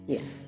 Yes